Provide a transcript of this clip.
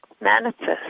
manifest